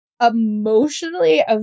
emotionally